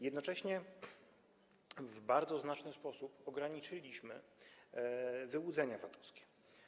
Jednocześnie w bardzo znaczny sposób ograniczyliśmy wyłudzenia VAT-owskie.